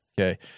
Okay